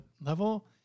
level